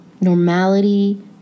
Normality